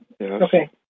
Okay